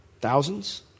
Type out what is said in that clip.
Thousands